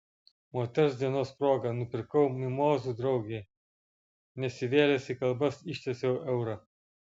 moters dienos proga nupirkau mimozų draugei nesivėlęs į kalbas ištiesiau eurą